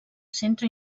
centre